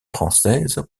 françaises